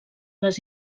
les